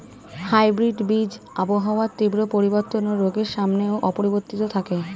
hybrid বীজ আবহাওয়ার তীব্র পরিবর্তন ও রোগের সামনেও অপরিবর্তিত থাকে